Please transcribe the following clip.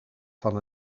van